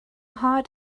heart